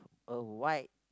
a white